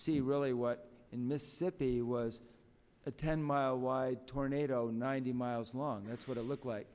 see really what in mississippi was a ten mile wide tornado and ninety miles long that's what it looks like